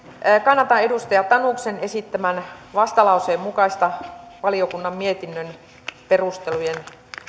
kannatan edustaja tanuksen esittämän vastalauseen mukaista valiokunnan mietinnön perustelujen